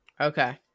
okay